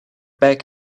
back